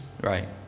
Right